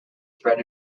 spread